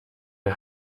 der